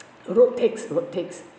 road tax road tax